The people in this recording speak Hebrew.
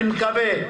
אני מקווה,